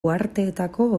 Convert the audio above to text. uharteetako